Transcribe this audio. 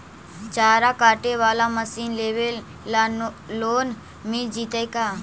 चारा काटे बाला मशीन लेबे ल लोन मिल जितै का?